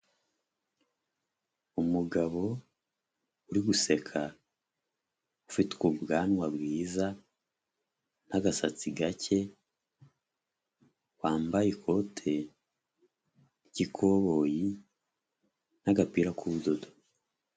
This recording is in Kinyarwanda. Umugabo uri guseka, ufite ubwanwa bwiza n'agasatsi gake, wambaye ikote ry'ikoboyi, n'agapira k'ubudodo.